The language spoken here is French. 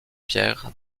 pierre